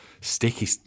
sticky